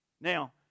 Now